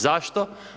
Zašto?